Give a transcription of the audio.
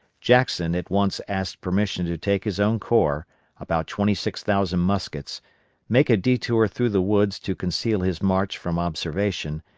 jackson at once asked permission to take his own corps about twenty six thousand muskets make a detour through the woods to conceal his march from observation,